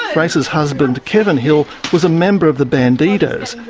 grace's husband kevin hill was a member of the bandidos,